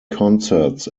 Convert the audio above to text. concerts